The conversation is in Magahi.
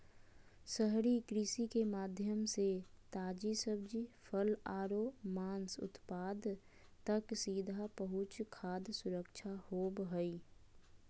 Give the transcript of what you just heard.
शहरी कृषि के माध्यम से ताजी सब्जि, फल आरो मांस उत्पाद तक सीधा पहुंच खाद्य सुरक्षा होव हई